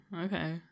okay